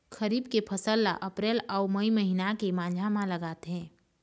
खरीफ के फसल ला अप्रैल अऊ मई महीना के माझा म लगाथे